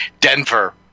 Denver